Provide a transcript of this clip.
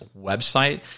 website